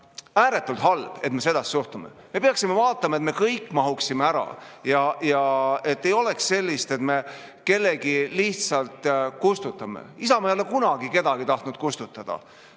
ääretult halb, et me sedasi suhtume. Me peaksime vaatama, et me kõik mahuksime ära ja et ei oleks sellist asja, et me kellegi lihtsalt kustutame. Isamaa ei ole kunagi tahtnud kedagi kustutada.